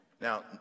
Now